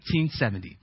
1870